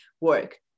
work